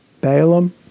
Balaam